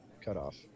cutoff